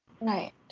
Right